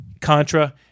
Contra